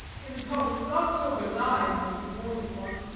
in a tone not so benign as his wonted one,